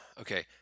okay